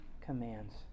commands